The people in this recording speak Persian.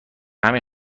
همین